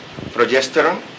progesterone